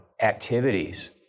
activities